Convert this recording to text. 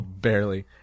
barely